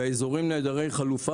באזורים נעדרי חלופה,